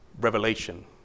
revelation